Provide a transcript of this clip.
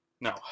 No